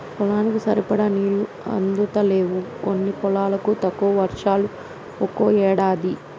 పొలానికి సరిపడా నీళ్లు అందుతలేవు కొన్ని పొలాలకు, తక్కువ వర్షాలు ఒక్కో ఏడాది